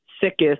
sickest